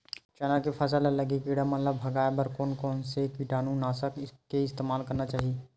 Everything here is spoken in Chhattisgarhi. चना के फसल म लगे किड़ा मन ला भगाये बर कोन कोन से कीटानु नाशक के इस्तेमाल करना चाहि?